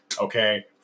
okay